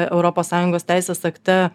europos sąjungos teisės akte